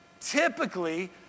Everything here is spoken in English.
typically